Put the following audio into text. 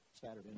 Saturday